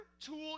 tool